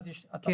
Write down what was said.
אז יש התאמה,